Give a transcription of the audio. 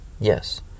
Yes